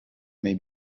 may